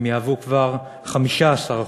הם יהוו כבר 15%